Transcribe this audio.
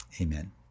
amen